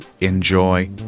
Enjoy